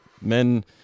men